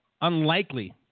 unlikely